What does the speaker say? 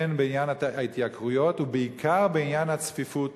הן בעניין ההתייקרויות ובעיקר בעניין הצפיפות